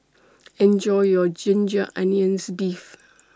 Enjoy your Ginger Onions Beef